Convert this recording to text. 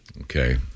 Okay